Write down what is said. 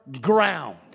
ground